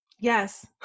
Yes